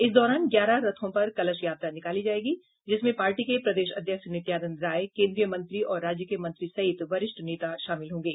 इस दौरान ग्यारह रथों पर कलश यात्रा निकाली जायेगी जिसमें पार्टी के प्रदेश अध्यक्ष नित्यानंद राय केन्द्रीय मंत्री और राज्य के मंत्री सहित वरिष्ठ नेता शामिल होंगे